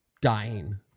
dying